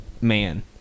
man